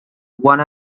one